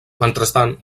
mentrestant